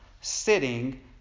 sitting